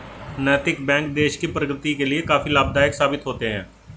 नैतिक बैंक देश की प्रगति के लिए काफी लाभदायक साबित होते हैं